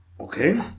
Okay